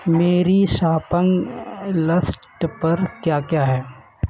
میری shopping list پر کیا کیا ہے